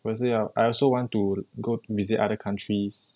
我也是要 I also want to go visit other countries